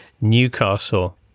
newcastle